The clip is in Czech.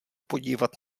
podívat